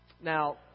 Now